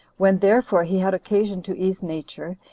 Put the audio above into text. when therefore he had occasion to ease nature,